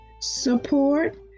support